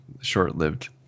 short-lived